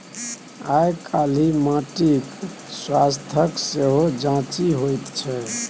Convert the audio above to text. आयकाल्हि माटिक स्वास्थ्यक सेहो जांचि होइत छै